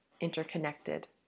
interconnected